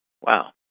Wow